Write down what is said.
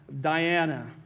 Diana